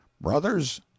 brothers